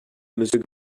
monsieur